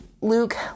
Luke